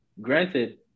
Granted